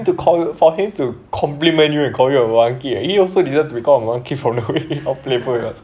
to call you for him to compliment you and call you a monkey he also did this because of monkey following you all people